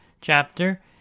chapter